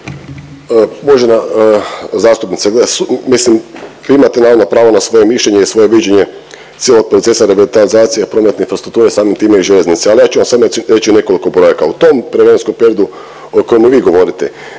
ne razumijem./… mislim vi imate naime pravo na svoje mišljenje i svoje viđenje cijelog procesa revitalizacije prometne infrastrukture, a samim time i željeznice, ali ja ću vam samo reći nekoliko brojaka. U tom vremenskom periodu o kojemu vi govorite